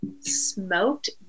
Smoked